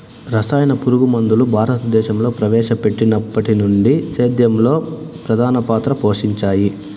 రసాయన పురుగుమందులు భారతదేశంలో ప్రవేశపెట్టినప్పటి నుండి సేద్యంలో ప్రధాన పాత్ర పోషించాయి